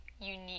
unique